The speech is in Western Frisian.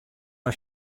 nei